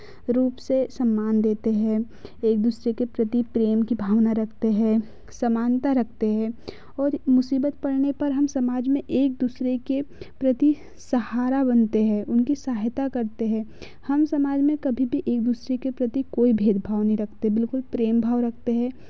रूप से सम्मान देते हैं एक दूसरे के प्रति प्रेम की भावना रखते हैं समानता रखते हैं और मुसीबत पड़ने पर हम समाज में एक दूसरे के प्रति सहारा बनते हैं उनकी साहायता करते हैं हम समाज में कभी भी एक दूसरे के प्रति कोई भेद भाव नहीं रखते बिलकुल प्रेम भाव रखते हैं